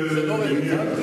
זה לא רלוונטי?